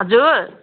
हजुर